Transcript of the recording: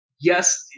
yes